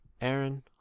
Aaron